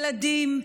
ילדים,